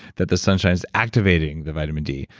that the sunshine's activating the vitamin d.